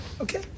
Okay